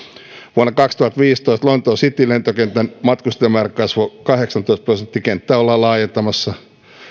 vuonna kaksituhattaviisitoista lontoon citylentokentän matkustajamäärät kasvoivat kahdeksantoista prosenttia kenttää ollaan laajentamassa